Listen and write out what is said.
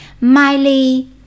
Miley